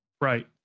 Right